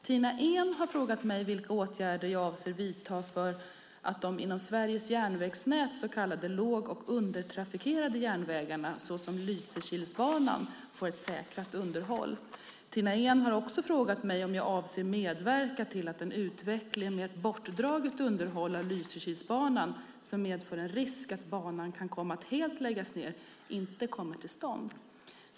Tina Ehn har frågat mig vilka åtgärder jag avser att vidta för att de inom Sveriges järnvägsnät så kallade låg och undertrafikerade järnvägarna, såsom Lysekilsbanan, får ett säkrat underhåll. Tina Ehn har också frågat mig om jag avser att medverka till att en utveckling med ett bortdraget underhåll av Lysekilsbanan, som medför en risk att banan kan komma att helt läggas ned, inte kommer till stånd.